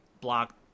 block